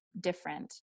different